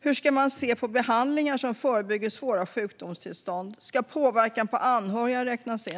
Hur ska man se på behandlingar som förebygger svåra sjukdomstillstånd? Ska påverkan på anhöriga räknas in?